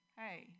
hey